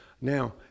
Now